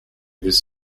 this